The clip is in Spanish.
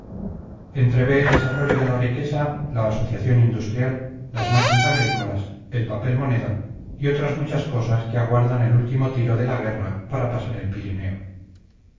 entrevé el desarrollo de la riqueza la asociación industrial las máquinas agrícolas el papel moneda y otras muchas cosas que aguardan el último tiro de la guerra para pasar el pirineo